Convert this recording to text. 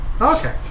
Okay